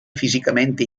fisicamente